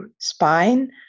spine